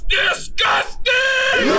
disgusting